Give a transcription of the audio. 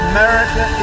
America